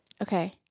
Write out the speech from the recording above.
Okay